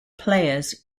players